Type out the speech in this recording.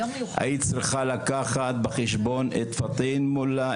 היית צריכה לקחת בחשבון את פטין מולא,